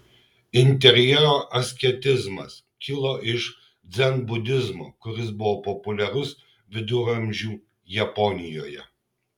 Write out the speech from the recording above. interjero asketizmas kilo iš dzenbudizmo kuris buvo populiarus viduramžių japonijoje